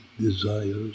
desires